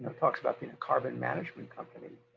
talks about being a carbon management company